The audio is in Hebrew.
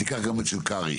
תיקח גם את של קרעי,